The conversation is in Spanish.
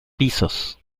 pisos